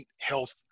health